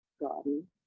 garden